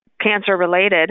cancer-related